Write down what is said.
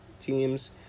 teams